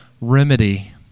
remedy